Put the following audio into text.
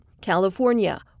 California